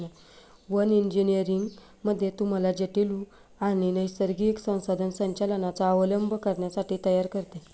one engineering मध्ये तुम्हाला जटील वन आणि नैसर्गिक संसाधन संचालनाचा अवलंब करण्यासाठी तयार करते